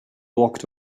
walked